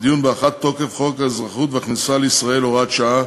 לדיון בהארכת תוקף חוק האזרחות והכניסה לישראל (הוראת שעה),